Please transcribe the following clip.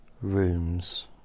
rooms